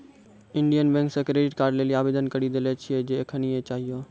Indian Bank से credit card लेली आवेदन करी देले छिए जे एखनीये चाहियो